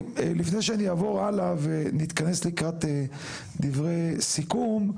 לפני שאני אעבור הלאה ונתכנס לקראת דברי סיכום,